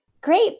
Great